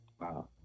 Wow